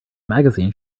magazine